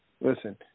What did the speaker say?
listen